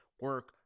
Work